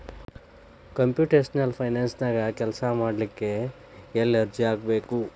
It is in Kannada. ಕಂಪ್ಯುಟೆಷ್ನಲ್ ಫೈನಾನ್ಸನ್ಯಾಗ ಕೆಲ್ಸಾಮಾಡ್ಲಿಕ್ಕೆ ಎಲ್ಲೆ ಅರ್ಜಿ ಹಾಕ್ಬೇಕು?